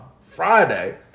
Friday